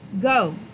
go